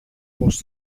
φως